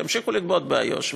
שימשיכו לגבות באיו"ש,